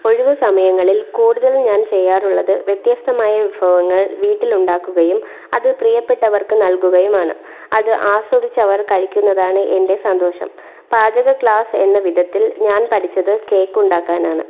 ഒഴിവു സമയങ്ങളിൽ കൂടുതലും ഞാൻ ചെയ്യാറുള്ളത് വ്യത്യസ്തമായ വിഭവങ്ങൾ വീട്ടിൽ ഉണ്ടാക്കുകയും അത് പ്രിയപ്പെട്ടവർക്ക് നൽകുകയുമാണ് അത് ആസ്വദിച്ച് അവർ കഴിക്കുന്നതാണ് എൻ്റെ സന്തോഷം പാചക ക്ലാസ് എന്ന വിധത്തിൽ ഞാൻ ഞാൻ പഠിച്ചത് കേക്കുണ്ടാക്കാനാണ്